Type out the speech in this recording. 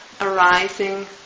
arising